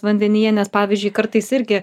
vandenyje nes pavyzdžiui kartais irgi